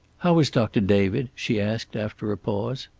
how is doctor david? she asked, after a pause.